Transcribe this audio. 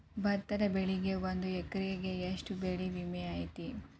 ಭತ್ತದ ಬೆಳಿಗೆ ಒಂದು ಎಕರೆಗೆ ಎಷ್ಟ ಬೆಳೆ ವಿಮೆ ಐತಿ?